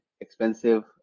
expensive